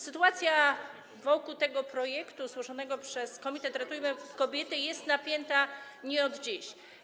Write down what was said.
Sytuacja wokół tego projektu złożonego przez komitet „Ratujmy kobiety” jest napięta nie od dziś.